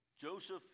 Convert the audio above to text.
Joseph